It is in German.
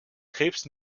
krebs